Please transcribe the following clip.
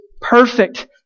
perfect